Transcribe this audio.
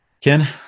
Ken